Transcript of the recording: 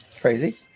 Crazy